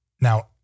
Now